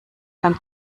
beim